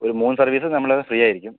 ഒരു മൂന്ന് സർവീസ് നമ്മള് ഫ്രീ ആയിരിക്കും